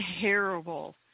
terrible